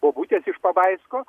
bobutės iš pabaisko